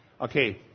Okay